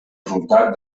resultat